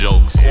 Jokes